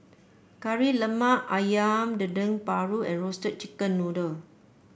Kari Lemak ayam Dendeng Paru and Roasted Chicken Noodle